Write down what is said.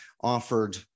offered